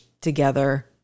together